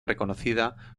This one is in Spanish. reconocida